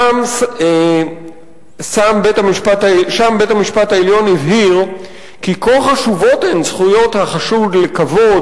שם בית-המשפט העליון הבהיר שוב עד כמה חשובות הן זכויות החשוד לכבוד,